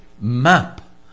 map